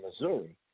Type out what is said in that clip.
Missouri